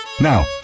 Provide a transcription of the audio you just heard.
Now